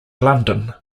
london